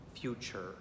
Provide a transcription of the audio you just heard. future